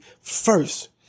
first